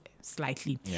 slightly